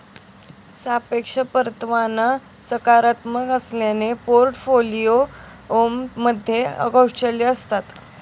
सापेक्ष परतावा सकारात्मक असल्याने पोर्टफोलिओमध्ये कौशल्ये असतात